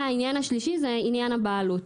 העניין השלישי זה עניין הבעלות,